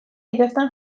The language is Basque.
idazten